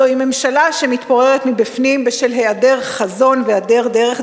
זוהי ממשלה שמתפוררת מבפנים בשל היעדר חזון והיעדר דרך.